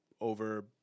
over